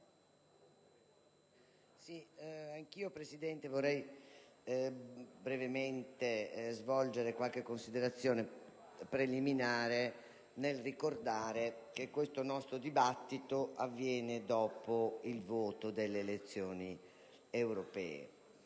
anch'io vorrei svolgere brevemente qualche considerazione preliminare, nel ricordare che questo nostro dibattito avviene dopo il voto per le elezioni europee.